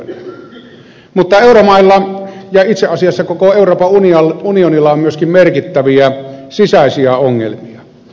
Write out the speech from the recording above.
mutta euromailla ja itse asiassa koko euroopan unionilla on myöskin merkittäviä sisäisiä ongelmia